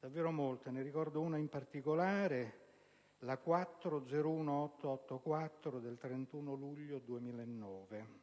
davvero tante: ne ricordo una in particolare, la 4-01884 del 31 luglio 2009.